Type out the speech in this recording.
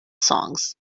songs